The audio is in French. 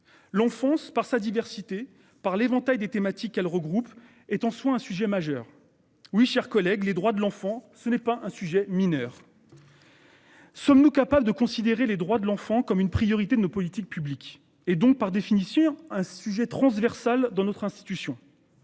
L'enfonce par sa diversité par l'éventail des thématiques, elle regroupe est en soi un sujet majeur. Oui, chers collègues, les droits de l'enfant, ce n'est pas un sujet mineur.-- Sommes-nous capables de considérer les droits de l'enfant comme une priorité de nos politiques publiques et donc par définition un sujet transversal dans notre institution.